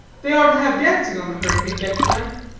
they are to have dancing on the hurricane-deck to-night.